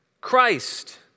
Christ